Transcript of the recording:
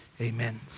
Amen